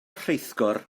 rheithgor